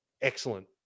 excellent